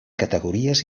categories